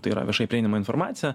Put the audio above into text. tai yra viešai prieinamą informaciją